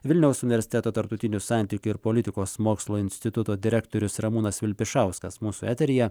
vilniaus universiteto tarptautinių santykių ir politikos mokslo instituto direktorius ramūnas vilpišauskas mūsų eteryje